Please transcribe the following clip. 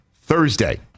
Thursday